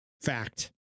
Fact